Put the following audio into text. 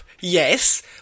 Yes